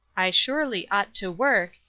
i surely ought to work,